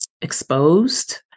exposed